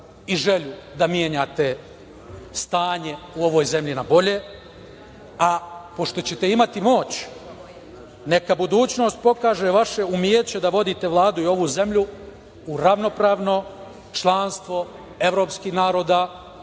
i želju da menjate stanje u ovoj zemlji na bolje, a pošto ćete imati moć neka budućnost pokaže vaše umeće da vodite Vladu i ovu zemlju u ravnopravno članstvo evropskih naroda